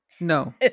No